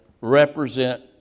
represent